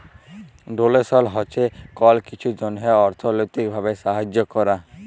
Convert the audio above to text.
ডোলেসল হছে কল কিছুর জ্যনহে অথ্থলৈতিক ভাবে সাহায্য ক্যরা